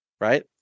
Right